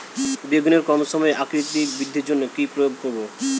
বেগুনের কম সময়ে আকৃতি বৃদ্ধির জন্য কি প্রয়োগ করব?